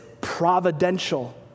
providential